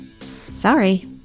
Sorry